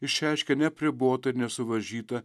išreiškia neapribotą ir nesuvaržytą